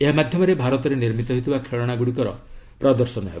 ଏହା ମାଧ୍ୟମରେ ଭାରତରେ ନିର୍ମିତ ହେଉଥିବା ଖେଳନା ଗୁଡ଼ିକର ପ୍ରଦର୍ଶନ ହେବ